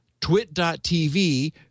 twit.tv